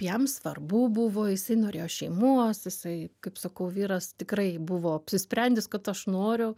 jam svarbu buvo jisai norėjo šeimos jisai kaip sakau vyras tikrai buvo apsisprendęs kad aš noriu